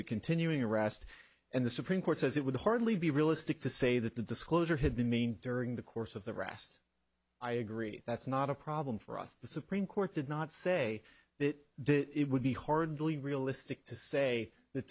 the continuing arrest and the supreme court says it would hardly be realistic to say that the disclosure had been mean during the course of the rest i agree that's not a problem for us the supreme court did not say that it would be hardly realistic to say that